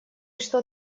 что